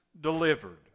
delivered